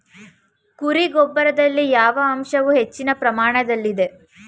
ಕುರಿ ಗೊಬ್ಬರದಲ್ಲಿ ಯಾವ ಅಂಶವು ಹೆಚ್ಚಿನ ಪ್ರಮಾಣದಲ್ಲಿದೆ?